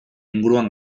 inguruan